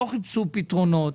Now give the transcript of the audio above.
לא חיפשו פתרונות.